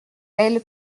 elle